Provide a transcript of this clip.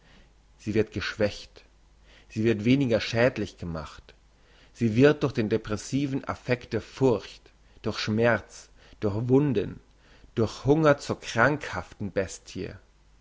sie wird geschwächt sie wird weniger schädlich gemacht sie wird durch den depressiven affekt der furcht durch schmerz durch wunden durch hunger zur krankhaften bestie